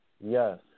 Yes